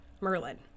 Merlin